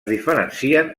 diferencien